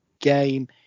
game